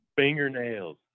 fingernails